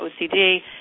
OCD